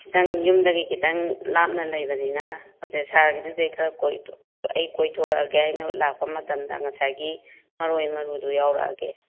ꯅꯪ ꯌꯨꯝꯗꯒꯤ ꯈꯤꯇꯪ ꯂꯥꯞꯅ ꯂꯩꯕꯅꯤꯅ ꯑꯗ ꯁꯥꯔꯒꯤꯗꯨꯗꯩ ꯈꯔ ꯀꯣꯏꯊꯣꯛ ꯑꯩ ꯀꯣꯏꯊꯣꯔꯛꯑꯒꯦ ꯑꯩꯅ ꯂꯥꯛꯄ ꯃꯇꯝꯗ ꯉꯁꯥꯏꯒꯤ ꯃꯔꯣꯏ ꯃꯔꯨꯗꯨ ꯌꯥꯎꯔꯛꯑꯒꯦ